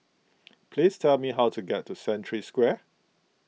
please tell me how to get to Century Square